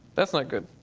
that's not good.